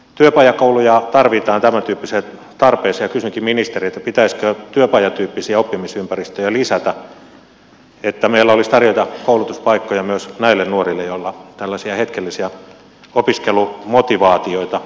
työpajakouluja tarvitaan tämäntyyppiseen tarpeeseen ja kysynkin ministeriltä pitäisikö työpajatyyppisiä oppimisympäristöjä lisätä että meillä olisi tarjota koulutuspaikkoja myös näille nuorille joilla tällaisia hetkellisiä opiskelumotivaatioita on